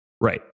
Right